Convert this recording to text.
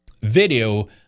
video